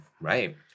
Right